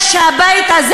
אין לך לאן